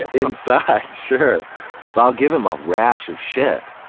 inside, sure. but i'll give him a rash of shit,